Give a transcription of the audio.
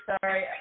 sorry